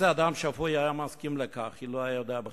כל אדם, ולא משנה מה דתו,